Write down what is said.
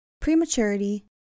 prematurity